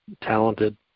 talented